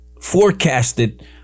forecasted